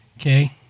Okay